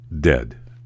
dead